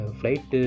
flight